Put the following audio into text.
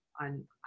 on